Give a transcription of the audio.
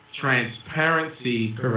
transparency